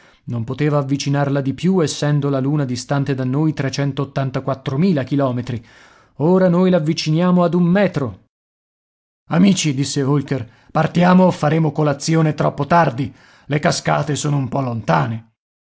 non poteva avvicinarla di più essendo la luna distante da noi chilometri ora noi l'avviciniamo ad un metro amici disse holker partiamo o faremo colazione troppo tardi le cascate sono un po lontane